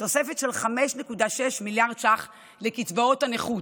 תוספת של 5.6 מיליארד ש"ח לקצבאות הנכות,